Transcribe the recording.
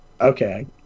Okay